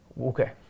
Okay